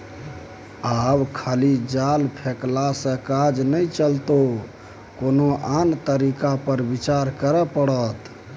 आब खाली जाल फेकलासँ काज नहि चलतौ कोनो आन तरीका पर विचार करय पड़त